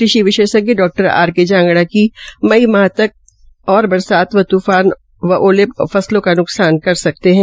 कृषि विशेषज्ञ डा आर के जांगडा क्री मई माह तक अगर बरसात व तूफान आते है तो फसलों का न्कसान कर सकते है